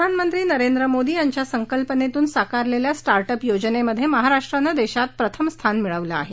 प्रधानमंत्री नरेंद्र मोदी यांच्या संकल्पनेतून साकारलेल्या स्टार्ट अप योजनेमध्ये महाराष्ट्रानं देशात प्रथम स्थान मिळवलं आहे